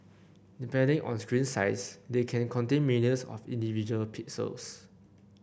depending on screen size they can contain millions of individual pixels